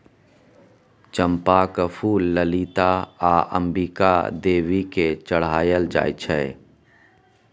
चंपाक फुल ललिता आ अंबिका देवी केँ चढ़ाएल जाइ छै